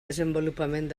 desenvolupament